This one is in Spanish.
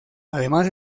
además